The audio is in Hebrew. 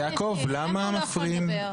יעקב, למה מפריעים?